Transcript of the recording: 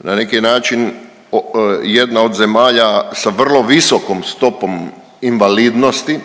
na neki način jedna od zemalja sa vrlo visokom stopom invalidnosti,